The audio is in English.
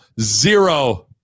zero